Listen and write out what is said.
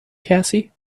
cassie